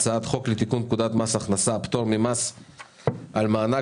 הצעת חוק לתיקון פקודת מס הכנסה (פטור ממס על מענק